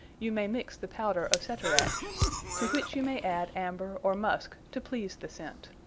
you may mixe the powder of ceterach to which you may adde amber, or muske, to please the scent.